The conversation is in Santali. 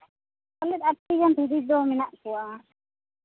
ᱯᱟᱞᱮᱫ ᱟᱴ ᱴᱤ ᱜᱟᱱ ᱵᱷᱤᱰᱤ ᱫᱚ ᱢᱮᱱᱟᱜ ᱠᱚᱣᱟ